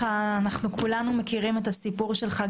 כולנו מכירים את הסיפור שלך,